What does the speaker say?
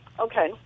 Okay